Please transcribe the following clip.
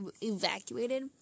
evacuated